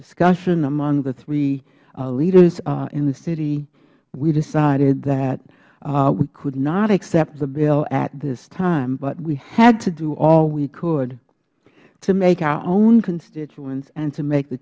discussion among the leaders in the city we decided that we could not accept the bill at this time but we had to do all we could to make our own constituents and to make the